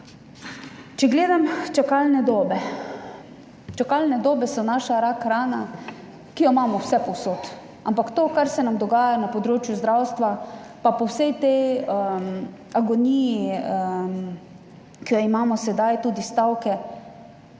Če gledam čakalne dobe. Čakalne dobe so naša rak rana, ki jo imamo vsepovsod, ampak to, kar se nam dogaja na področju zdravstva, in po vsej tej agoniji, ki jo imamo sedaj, tudi stavke,